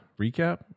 recap